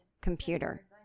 computer